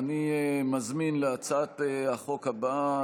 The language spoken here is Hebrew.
אני מזמין להצעת החוק הבאה,